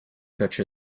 such